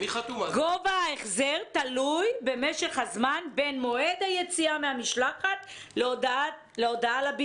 גובה ההחזר תלוי במשך הזמן בין מועד היציאה של המשלחת לבין